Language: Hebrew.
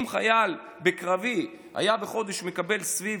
אם חייל בקרבי היה בחודש מקבל סביב